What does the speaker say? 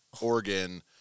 Oregon